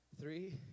three